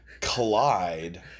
collide